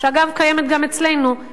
שאגב קיימת גם אצלנו,